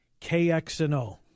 KXNO